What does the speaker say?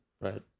right